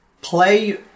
Play